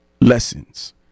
lessons